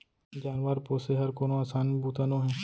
जानवर पोसे हर कोनो असान बूता नोहे